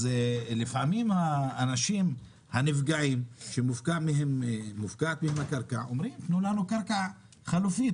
לפעמים האנשים המופקעים שנפגעים אומרים: תנו לנו קרקע חלופית,